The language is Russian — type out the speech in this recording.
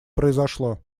произошло